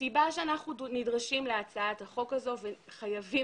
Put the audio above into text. הסיבה שאנחנו נדרשים להצעת החוק הזאת וחייבים